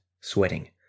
sweating